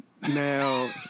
Now